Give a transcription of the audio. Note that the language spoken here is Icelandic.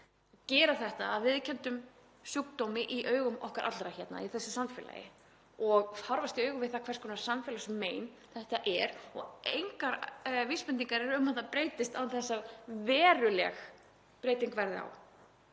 gera þetta að viðurkenndum sjúkdómi í augum okkar allra hérna í þessu samfélagi og horfast í augu við það hvers konar samfélagsmein þetta er. Engar vísbendingar eru um að það breytist án þess að veruleg breyting verði á